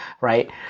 right